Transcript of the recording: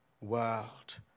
world